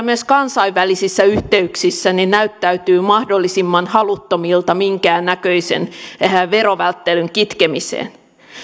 myös kansainvälisissä yhteyksissä näyttäytymään mahdollisimman haluttomilta minkäännäköisen verovälttelyn kitkemiseen